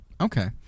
Okay